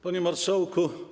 Panie Marszałku!